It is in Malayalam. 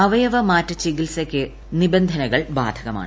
അവയവ മാറ്റ ചികിത്സക്ക് നിബന്ധനകൾ ബാധകമാണ്